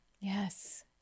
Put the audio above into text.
Yes